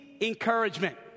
encouragement